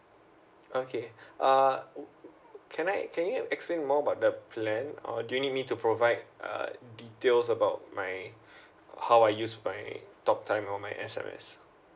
okay uh can I can you explain more about the plan or do you need me to provide uh details about my how I use my talk time or my S_M_S